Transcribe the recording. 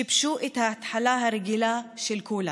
שיבשו את ההתחלה הרגילה של כולנו.